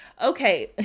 Okay